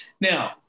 Now